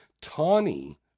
Tawny